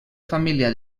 família